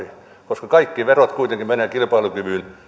koska kaikki verot kuitenkin menevät kilpailukyvyn